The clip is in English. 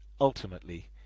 ultimately